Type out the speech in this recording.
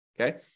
Okay